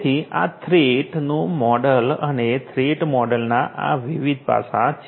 તેથી આ થ્રેટ નું મોડેલ અને થ્રેટ મોડેલના આ વિવિધ પાસાં છે